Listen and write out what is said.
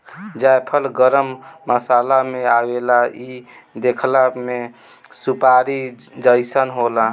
जायफल गरम मसाला में आवेला इ देखला में सुपारी जइसन होला